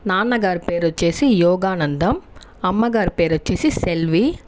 నాన్నగారి పేరు వచ్చేసి యోగానందం అమ్మగారి పేరు వచ్చేసి సెల్వి